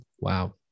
Wow